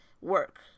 work